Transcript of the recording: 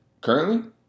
Currently